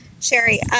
Sherry